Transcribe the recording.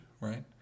right